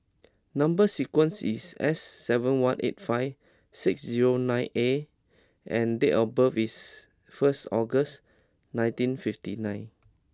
number sequence is S seven one eight five six zero nine A and date of birth is first August nineteen fifty nine